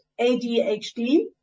ADHD